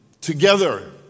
together